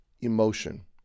emotion